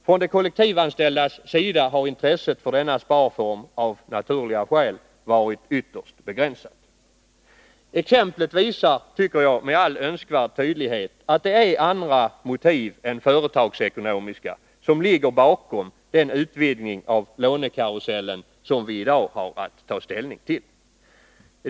Från de kollektivanställdas sida har intresset för denna sparform av naturliga skäl varit ytterst begränsat. Exemplet visar, tycker jag, med all önskvärd tydlighet att det är andra motiv än företagsekonomiska som ligger bakom den utvidgning av lånekarusellen som vi i dag har att ta ställning till.